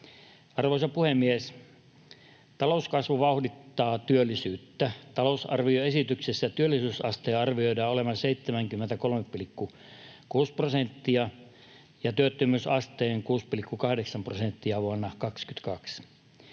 Arvoisa puhemies! Talouskasvu vauhdittaa työllisyyttä. Talousarvioesityksessä työllisyysasteen arvioidaan olevan 73,6 prosenttia ja työttömyysasteen 6,8 prosenttia vuonna 22.